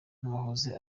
n’uwahoze